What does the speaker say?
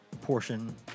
portion